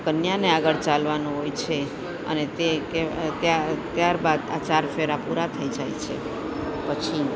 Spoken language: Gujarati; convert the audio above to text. કન્યાને આગળ ચાલવાનું હોય છે અને તે કહેવાય ત્યાં ત્યારબાદ આ ચાર ફેરા પૂરા થઈ જાય છે પછી